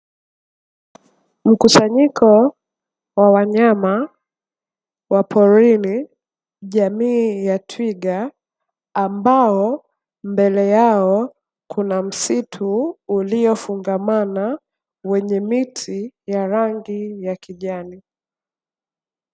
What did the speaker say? Mkusanyiko wa wanyama wa porini jamii ya twiga ambao mbele yao kuna msitu uliofungamana wenye miti ya rangi ya kijani.